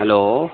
hello